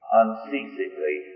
unceasingly